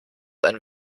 ein